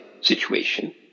situation